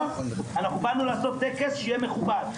באנו לעשות טקס שיהיה מכובד.